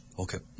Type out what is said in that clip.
okay